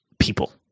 People